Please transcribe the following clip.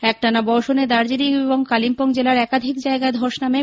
একটানা বর্ষণে দার্জিলিং এবং কালিম্পং জেলার একাধিক জায়গায় ধস নামে